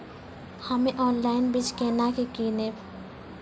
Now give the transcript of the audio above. हम्मे ऑनलाइन बीज केना के किनयैय?